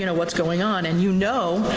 you know what's going on and you know,